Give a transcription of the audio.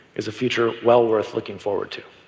is a future well worth looking forward to.